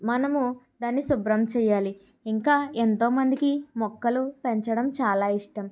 మనము దాన్ని శుభ్రం చేయాలి ఇంకా ఎంతోమందికి మొక్కలు పెంచడం చాలా ఇష్టం